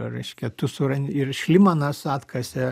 reiškia tu surandi ir šlymanas atkasė